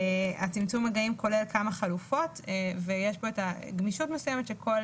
צמצום המגעים כולל כמה חלופות ויש כאן גמישות מסוימת כאשר כל